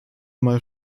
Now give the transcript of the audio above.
mal